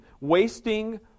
Wasting